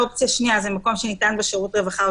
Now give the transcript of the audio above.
אופציה שנייה זה מקום שניתן בו שירות רווחה או